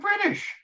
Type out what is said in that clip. British